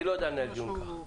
אני לא יודע לנהל דיון ככה.